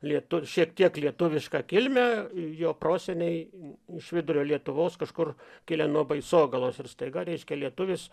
lietu šiek tiek lietuvišką kilmę jo proseniai iš vidurio lietuvos kažkur kilę nuo baisogalos ir staiga reiškia lietuvis